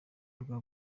rwa